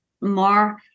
more